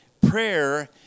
Prayer